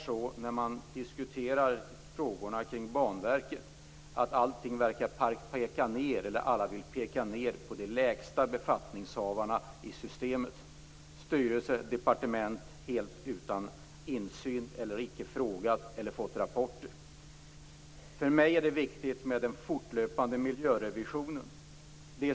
Men när man diskuterar frågorna kring Banverket är det alldeles uppenbart att alla vill peka ned på de lägsta befattningshavarna i systemet. Styrelse och departement är helt utan insyn, har inte frågat eller fått rapporter. För mig är det viktigt med den fortlöpande miljörevisionen.